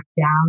down